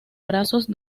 brazos